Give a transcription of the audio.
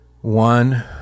One